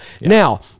Now